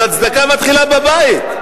אז הצדקה מתחילה בבית.